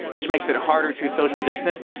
which makes it harder to social distance.